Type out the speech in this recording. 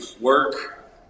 work